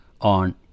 on